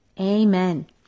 Amen